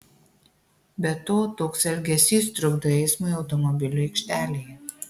be to toks elgesys trukdo eismui automobilių aikštelėje